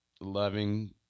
loving